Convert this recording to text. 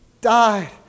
died